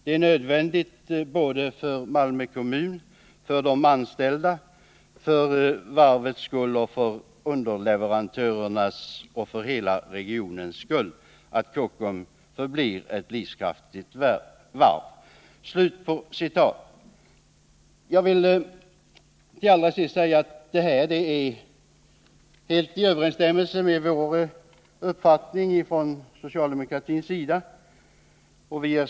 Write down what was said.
Det är nödvändigt både för Malmö kommun, för dom anställda, för varvets skull och för underleverantörernas och för hela regionens skull, att Kockums förblir ett livskraftigt varv.” Jag vill till sist säga att detta uttalande helt överensstämmer med vår uppfattning från socialdemokratiskt håll.